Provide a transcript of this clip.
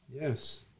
Yes